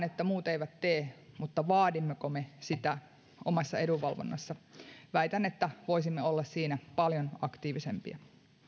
että muut eivät tee mutta vaadimmeko me sitä omassa edunvalvonnassa väitän että voisimme olla siinä paljon aktiivisempia